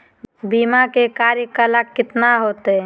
बीमा के कार्यकाल कितना होते?